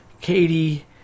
Katie